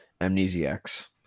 amnesiacs